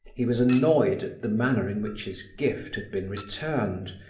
he was annoyed at the manner in which his gift had been returned,